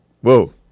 whoa